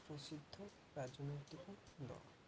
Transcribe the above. ପ୍ରସିଦ୍ଧ ରାଜନୈତିକ ଦଳ